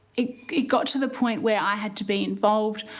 it got to the point where i had to be involved,